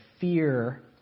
fear